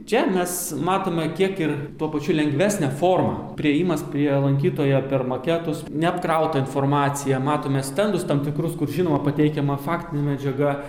čia mes matome kiek ir tuo pačiu lengvesnę formą priėjimas prie lankytojo per maketus neapkrauta informacija matome stendus tam tikrus kur žinoma pateikiama faktinė medžiaga